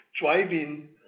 driving